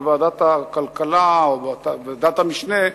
של ועדת הכלכלה או ועדת המשנה,